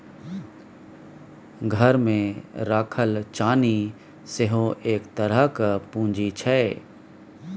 घरमे राखल चानी सेहो एक तरहक पूंजी छै